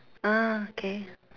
ah okay